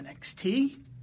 NXT